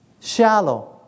shallow